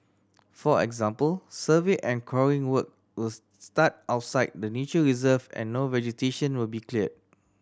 for example survey and coring work will start outside the nature reserve and no vegetation will be cleared